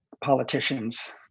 politicians